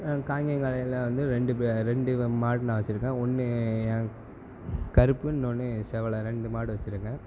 காங்கேயன் காளையில் வந்து ரெண்டு பேர் ரெண்டு மாடு நான் வச்சிருக்கேன் ஒன்று என் கருப்பு இன்னொன்று செவலை ரெண்டு மாடு வச்சிருக்கேன்